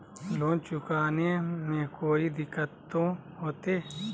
Loan चुकाने में कोई दिक्कतों होते?